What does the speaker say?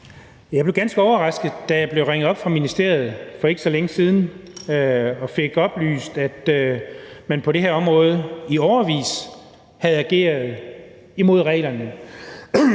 Jeg blev ganske overrasket, da jeg blev ringet op af ministeriet for ikke så længe siden og fik oplyst, at man på det her område i årevis havde ageret imod reglerne.